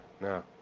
No